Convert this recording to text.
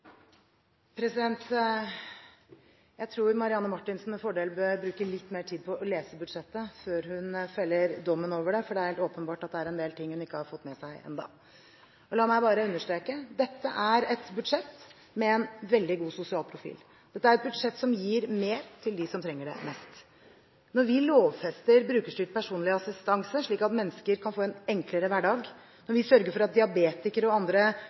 Jeg tror Marianne Marthinsen med fordel bør bruke litt mer tid på å lese budsjettet før hun feller dommen over det, for det er helt åpenbart at det er en del ting hun ikke har fått med seg ennå. La meg bare understreke: Dette er et budsjett med en veldig god sosial profil. Dette er et budsjett som gir mer til dem som trenger det mest. Når vi lovfester brukerstyrt personlig assistanse slik at mennesker kan få en enklere hverdag, når vi sørger for at diabetikere og andre